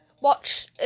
watch